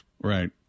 Right